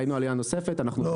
לי יש